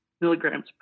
milligrams